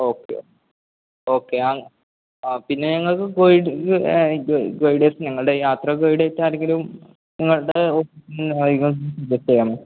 okay okay ആ പിന്നെ ഞങ്ങള്ക്ക് ഞങ്ങളുടെ യാത്ര ഗൈഡായിട്ട് ആരെങ്കിലും നിങ്ങളുടെ